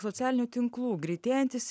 socialinių tinklų greitėjantis